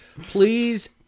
please